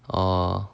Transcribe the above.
orh